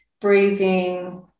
breathing